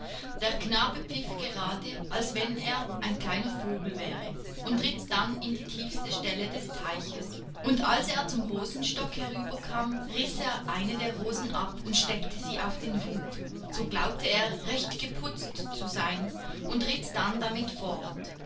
der knabe pfiff gerade als wenn er ein kleiner vogel wäre und ritt dann in die tiefste stelle des teiches und als er zum rosenstock herüber kam riß er eine der rosen ab und steckte sie auf den hut so glaubte er recht geputzt zu sein und ritt dann damit fort